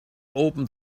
open